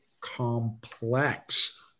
complex